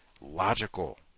logical